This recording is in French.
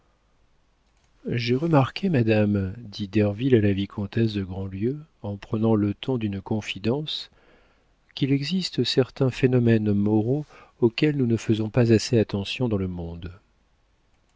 j'ai remarqué madame dit derville à la vicomtesse de grandlieu en prenant le ton d'une confidence qu'il existe certains phénomènes moraux auxquels nous ne faisons pas assez attention dans le monde